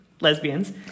lesbians